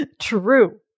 True